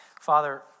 Father